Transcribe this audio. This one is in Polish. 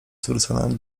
zwrócony